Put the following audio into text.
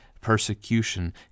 persecution